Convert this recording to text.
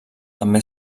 també